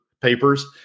papers